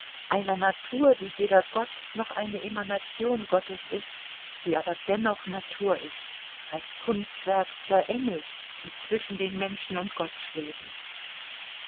einer natur die weder gott noch eine emanation gottes ist die aber dennoch natur ist als kunstwerk der engel die zwischen den menschen und gott schweben